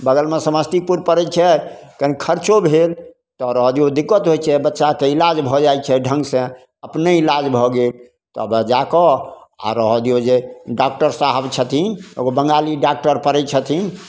बगलमे समस्तीपुर पड़ै छै कनि खरचो भेल तऽ रहऽ दिऔ दिक्कत होइ छै बच्चाके इलाज भऽ जाइ छै ढङ्गसे अपने इलाज भऽ गेल तब जाके आओर रहऽ दिऔ जे डॉकटर साहब छथिन एगो बङ्गाली डॉकटर पड़ै छथिन